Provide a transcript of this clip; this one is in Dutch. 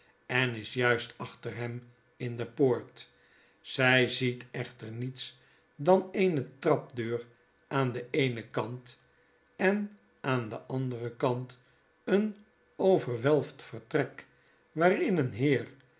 en is juist achter hem in de poort zy ziet echter niets dan eene trapdeur aan den eenen kant en aan den anderen kant een overwelfd vertrek waarin een heer